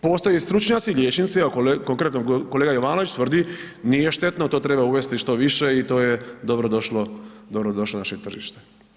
Postoje stručnjaci, liječnici, konkretno kolega Jovanović tvrdi nije štetno, to treba uvesti što više i to je dobrodošlo našem tržištu.